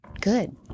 good